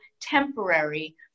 temporary